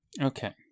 Okay